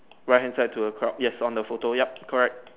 right hand side to the crowd yes on the photo yup correct